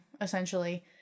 essentially